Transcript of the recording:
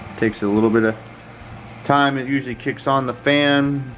takes a little bit of time. it usually kicks on the fan,